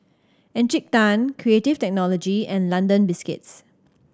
Encik Tan Creative Technology and London Biscuits